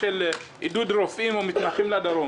עידוד רופאים ומתמחים לדרום.